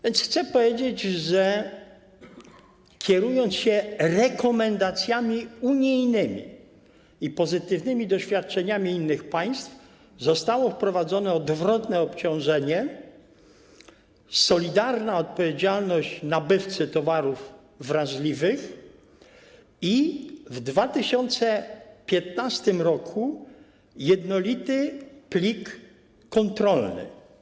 Więc chcę powiedzieć, że kierowano się rekomendacjami unijnymi i pozytywnymi doświadczeniami innych państw i wprowadzono odwrotne obciążenie, solidarną odpowiedzialność nabywcy towarów wrażliwych i w 2015 r. jednolity plik kontrolny.